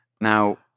Now